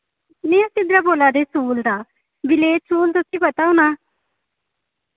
नि अस इद्दरा बोल्ला दे सूल दा विलेज सूल तुसें पता होना